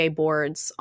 boards